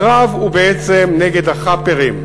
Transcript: הקרב הוא בעצם נגד ה"חאפרים",